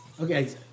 Okay